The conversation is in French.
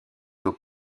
eaux